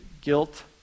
guilt